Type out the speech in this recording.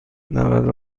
نود